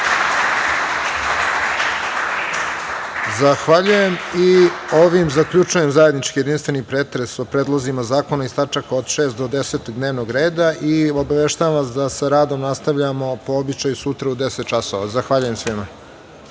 Zahvaljujem. Ovim zaključujem zajednički jedinstveni pretres o predlozima zakona iz tačaka od 6. do 10. dnevnog reda i obaveštavam vas da sa radom nastavljamo, po običaju, sutra u 10,00 časova. Zahvaljujem svima.